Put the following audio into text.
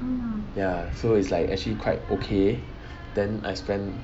ya so it's like actually quite okay then I spent